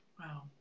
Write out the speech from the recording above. wow